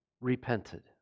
repented